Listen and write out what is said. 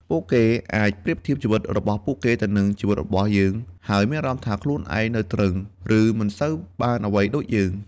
ពួកគេអាចប្រៀបធៀបជីវិតរបស់ពួកគេទៅនឹងជីវិតរបស់យើង ហើយមានអារម្មណ៍ថាខ្លួនឯងនៅទ្រឹង ឬមិនសូវបានអ្វីដូចយើង។